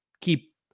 keep